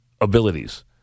abilities